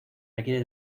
requiere